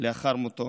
לאחר מותו.